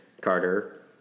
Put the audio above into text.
Carter